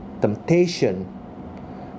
Temptation